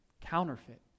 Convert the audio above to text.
Counterfeit